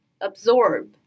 absorb